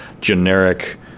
generic